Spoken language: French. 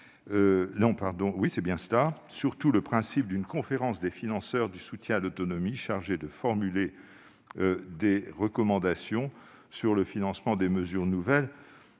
le Gouvernement, et surtout le principe d'une conférence des financeurs du soutien à l'autonomie chargée de formuler des recommandations sur le financement des mesures nouvelles